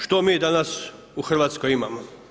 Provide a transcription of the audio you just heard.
Što mi danas u Hrvatskoj imamo?